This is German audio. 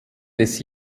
des